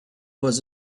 was